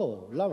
לא, למה?